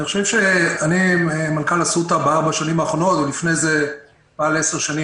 אני מנכ"ל אסותא בארבע השנים האחרונות ולפני זה מעל 10 שנים